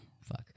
fuck